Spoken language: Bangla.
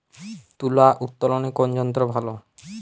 তুলা উত্তোলনে কোন যন্ত্র ভালো?